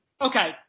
Okay